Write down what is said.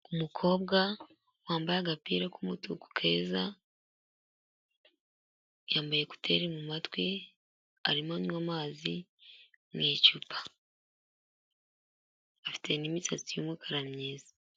Umukobwa wambaye agapira k'umutuku keza yambaye ekuteri mu matwi arimo anywa amazi mu icupa, afite n'imisatsi y'umukara myiza.